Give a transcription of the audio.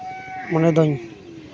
ᱚᱸᱰᱮ ᱫᱚᱧ